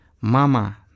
mama